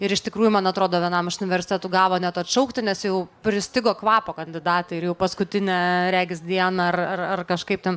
ir iš tikrųjų man atrodo vienam iš universitetų gavo net atšaukti nes jau pristigo kvapo kandidatai ir jau paskutinę regis dieną ar ar ar kažkaip ten